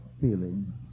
feeling